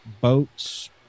boats